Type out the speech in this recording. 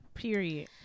Period